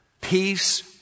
Peace